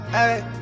Hey